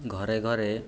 ଘରେ ଘରେ